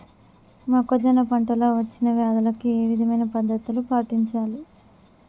మొక్కజొన్న పంట లో వచ్చిన వ్యాధులకి ఏ విధమైన పద్ధతులు పాటించాలి?